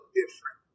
different